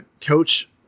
Coach